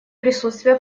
присутствие